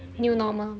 new normal